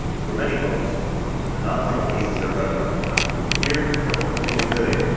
for many folks the non-thermal piece is their bread and butter, but here, thermal continuum fitting,